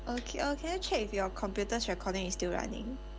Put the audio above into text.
okay uh can I check with your computers recording is still running